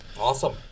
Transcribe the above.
Awesome